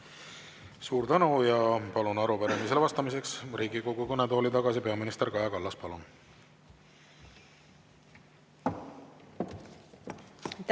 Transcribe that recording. Suur tänu! Palun arupärimisele vastamiseks Riigikogu kõnetooli tagasi peaminister Kaja Kallase. Palun!